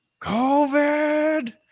COVID